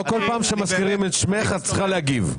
לא כל פעם שמזכירים את שמך את צריכה להגיב.